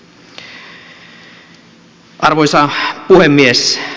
arvoisa puhemies